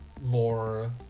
more